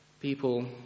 People